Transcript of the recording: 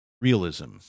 realism